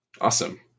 awesome